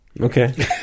okay